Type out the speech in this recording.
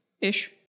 ish